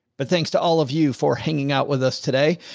but thanks to all of you for hanging out with us today.